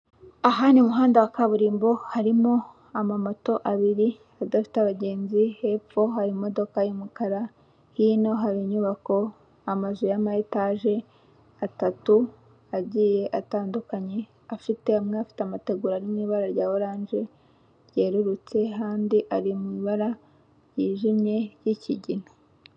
Aha ni mu muhanda wa kaburimbo, harimo ama moto abiri adafite abagenzi, hepfo hari imodoka y'umukara, hino hari inyubako; amazu y'ama etaje atatu agiye atandukanye afite; amwe afite amategura ari mu ibara rya oranje, ryerurutse andi ari mu ibara ryijimye, ry'ikigina.